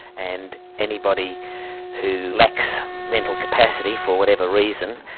and anybody who lacks mental capacity, for whatever reason,